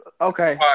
okay